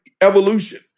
evolution